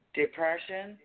depression